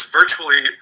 virtually